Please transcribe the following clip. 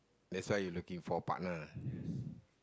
that's why you looking for a partner